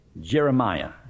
Jeremiah